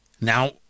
Now